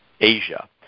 Asia